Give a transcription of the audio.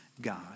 God